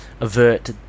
avert